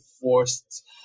forced